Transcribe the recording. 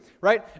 right